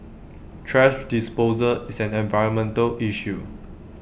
thrash disposal is an environmental issue